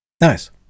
Nice